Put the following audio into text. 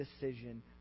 decision